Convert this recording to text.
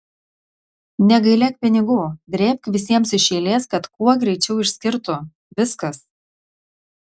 negailėk pinigų drėbk visiems iš eilės kad kuo greičiau išskirtų viskas